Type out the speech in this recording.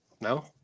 No